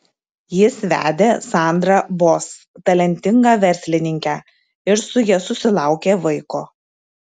jis vedė sandrą boss talentingą verslininkę ir su ja susilaukė vaiko